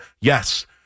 Yes